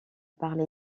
parlé